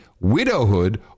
widowhood